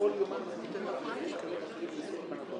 יפרט נותן שירותי התשלום למוטב,